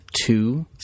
two